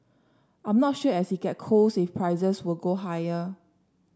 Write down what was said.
I'm not sure as it get cold if prices will go higher